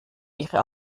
ihre